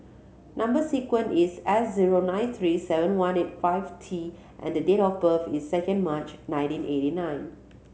number sequence is S zero nine three seven one eight five T and the date of birth is second March nineteen eighty nine